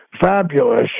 Fabulous